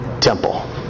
temple